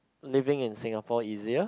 living in Singapore easier